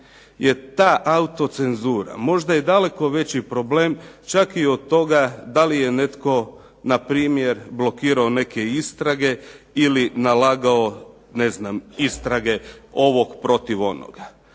je ta autocenzura, možda i daleko veći problem čak i od toga da li je netko na primjer blokirao neke istrage ili nalagao ne znam istrage ovog protiv onoga.